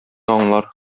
аңлар